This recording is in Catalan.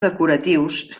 decoratius